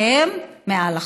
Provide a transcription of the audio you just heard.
שהם מעל החוק,